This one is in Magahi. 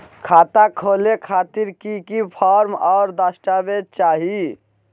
खाता खोले खातिर की की फॉर्म और दस्तावेज चाही?